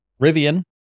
Rivian